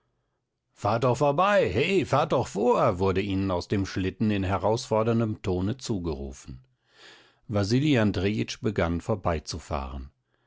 fahrt doch vorbei he fahrt doch vor wurde ihnen aus dem schlitten in herausforderndem tone zugerufen wasili andrejitsch begann vorbeizufahren